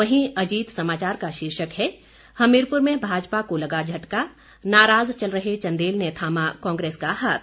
वहीं अजीत समाचार का शीर्षक है हमीरपुर में भाजपा को लगा झटका नाराज चल रहे चंदेल ने थामा कांग्रेस का हाथ